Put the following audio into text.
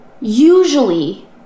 Usually